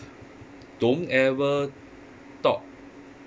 don't ever talk